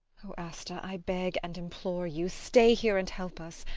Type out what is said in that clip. oh, asta, i beg and implore you! stay here and help us!